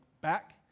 back